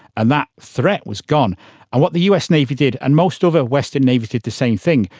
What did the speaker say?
and that threat was gone. and what the us navy did and most other western navies did the same thing,